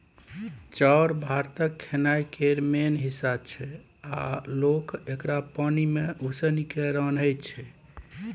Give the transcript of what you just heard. चाउर भारतक खेनाइ केर मेन हिस्सा छै आ लोक एकरा पानि मे उसनि केँ रान्हय छै